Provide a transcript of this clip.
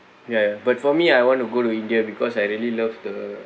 ya ya but for me I want to go to india because I really love the